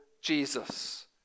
Jesus